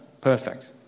Perfect